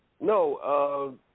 No